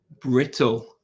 brittle